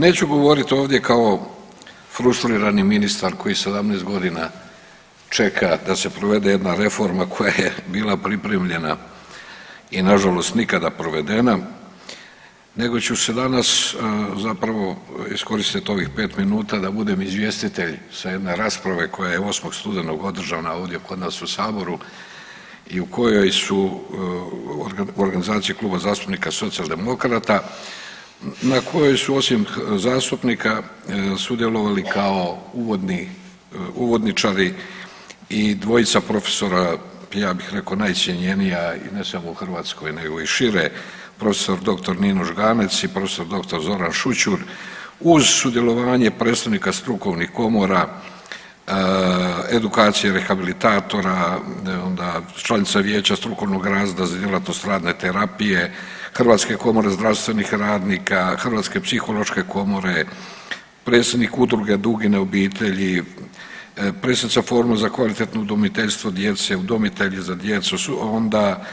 Neću govoriti ovdje kao frustrirani ministar koji 17 godina čeka da se provede jedna reforma koja je bila pripremljena i nažalost nikada provedena nego ću danas zapravo iskoristiti ovih pet minuta da budem izvjestitelj sa jedne rasprave koja je 8. studenog održana ovdje kod nas u Saboru i u kojoj su u organizaciji Kluba zastupnika socijaldemokrata na kojoj su osim zastupnika sudjelovali kao uvodničari i dvojica profesora, ja bih rekao najcjenjenija i ne samo u Hrvatskoj nego i šire, prof.dr. Nino Žganec i prof.dr. Zoran Šućur uz sudjelovanje predstavnika strukovnih komora edukacija rehabilitatora, članica Vijeća strukovnog … za djelatnost radne terapije, Hrvatske komore zdravstvenih radnika, Hrvatske psihološke komore, predsjednik Udruge Dugine obitelji, predsjednica Foruma za kvalitetno udomiteljstvo djece, udomitelji za djecu onda